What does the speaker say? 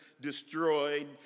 destroyed